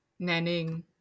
Nanning